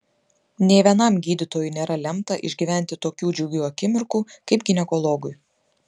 nė vienam gydytojui nėra lemta išgyventi tokių džiugių akimirkų kaip ginekologui